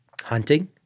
hunting